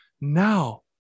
Now